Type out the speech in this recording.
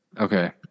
Okay